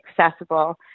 accessible